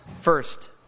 First